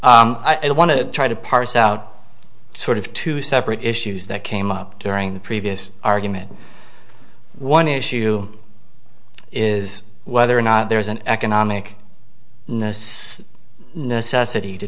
to try to parse out sort of two separate issues that came up during the previous argument one issue is whether or not there is an economic necessity to